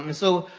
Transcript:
um so,